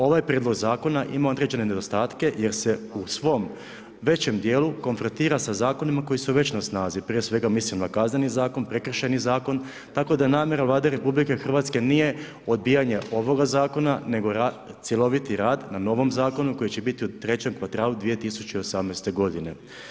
Ovaj prijedlog zakona ima određene nedostatke jer se u svom većem djelu konfrontira sa zakonima koji su već na snazi, prije svega mislim na Kazneni zakon, Prekršajni zakon, tako da namjera Vlade RH nije odbijanje ovoga zakona nego cjeloviti rad na novom zakonu koji će biti u trećem kvartalu 2018. godine.